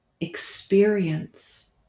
experience